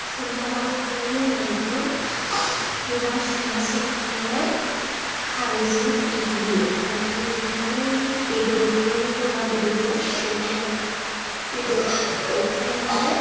सोमना लाखांनायनि उनाव बेखौ मोजां सुना सेबखांनानै खारैजों एरग्लियो खारैजों एरग्लिनानै बेदरफोर होबा बेदरखौ एवना लायो बेदर एवखांनानै